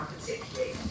particularly